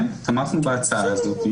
כן, תמכנו בהצעה הזאת.